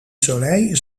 soleil